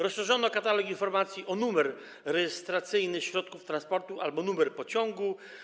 Rozszerzono katalog informacji o numer rejestracyjny środków transportu albo numer pociągu.